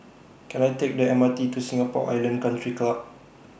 Can I Take The M R T to Singapore Island Country Club